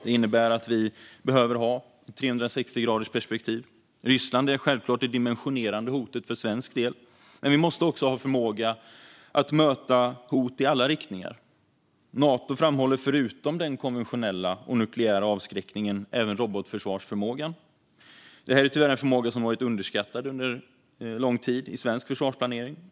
Det innebär att vi behöver ha ett 360-gradersperspektiv. Ryssland är självklart det dimensionerande hotet för svensk del, men vi måste också ha förmåga att möta hot i alla riktningar. Nato framhåller, förutom den konventionella och nukleära avskräckningen, även robotförsvarsförmågan. Detta är tyvärr en förmåga vars betydelse under lång tid varit underskattad i svensk försvarsplanering.